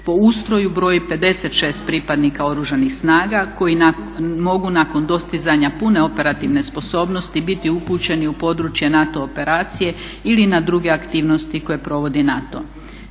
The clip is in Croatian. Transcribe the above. Po ustroju broji 56 pripadnika Oružanih snaga koji mogu nakon dostizanja pune operativne sposobnosti biti upućeni u područje NATO operacije ili na druge aktivnosti koje provodi NATO.